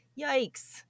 yikes